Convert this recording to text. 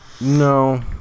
No